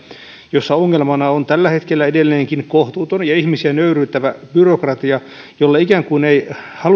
jossa ongelmana on tällä hetkellä edelleenkin kohtuuton ja ihmisiä nöyryyttävä byrokratia jolle ikään kuin ei